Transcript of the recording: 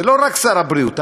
זה לא רק שר הבריאות.